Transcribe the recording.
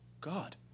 God